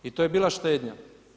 I to je bila štednja.